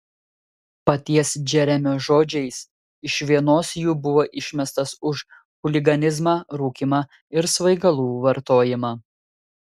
paties džeremio žodžiais iš vienos jų buvo išmestas už chuliganizmą rūkymą ir svaigalų vartojimą